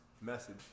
Message